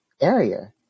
area